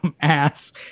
ass